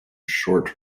short